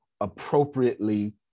appropriately